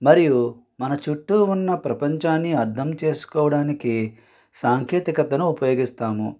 మరియు మన చుట్టూ ఉన్న ప్రపంచాన్ని అర్థం చేసుకోవడానికి సాంకేతికతను ఉపయోగిస్తాము